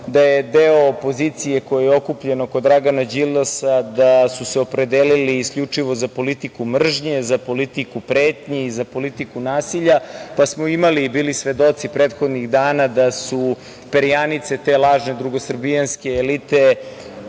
da je deo opozicije koji je okupljen oko Dragana Đilasa, da su se opredelili isključivo za politiku mržnje, za politiku pretnji i za politiku nasilja, pa smo imali i bili svedoci prethodnih dana, da su perijanice te lažne drugosrbijanske elite,